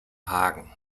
hagen